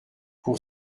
pour